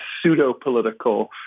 pseudo-political